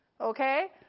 Okay